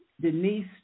Denise